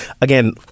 Again